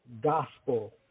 gospel